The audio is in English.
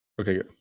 okay